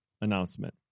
announcement